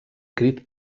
crit